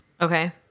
Okay